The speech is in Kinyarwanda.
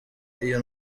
iyo